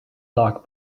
doc